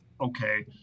Okay